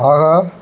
ஆஹா